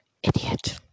Idiot